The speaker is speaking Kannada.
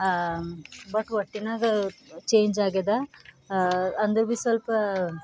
ಬಟ್ ಒಟ್ಟಿನಾಗ ಚೇಂಜಾಗ್ಯದಾ ಅಂದರೂ ಭೀ ಸ್ವಲ್ಪ